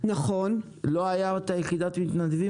לא היתה עוד יחידת מתנדבים?